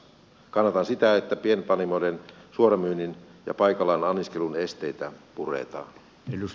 kannatan sitä että pienpanimoiden suoramyynnin ja paikallaan anniskelun esteitä puretaan